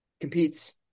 competes